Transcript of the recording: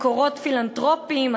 מקורות פילנתרופיים,